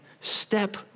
step